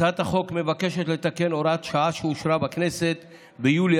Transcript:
הצעת החוק מבקשת לתקן הוראת שעה שאושרה בכנסת ביולי